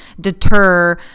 deter